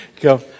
go